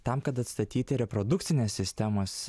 tam kad atstatyti reprodukcinės sistemos